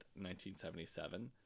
1977